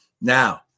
Now